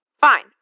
Fine